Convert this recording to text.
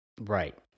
Right